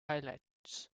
highlights